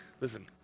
listen